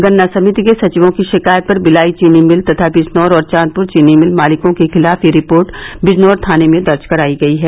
गन्ना समिति के सचियों की शिकायत पर बिलाई चीनी मिल तथा बिजनौर और चॉदपुर चीनी मिल मालिकों के खिलाफ यह रिपोर्ट बिजनौर थाने में दर्ज करायी गई है